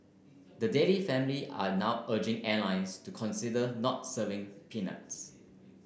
the Daley family are now urging airlines to consider not serving peanuts